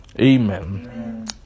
Amen